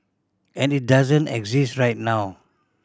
and it doesn't exist right now